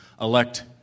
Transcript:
elect